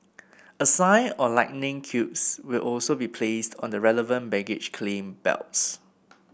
a sign or lightning cubes will also be placed on the relevant baggage claim belts